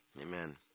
Amen